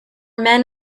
men